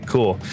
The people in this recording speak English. Cool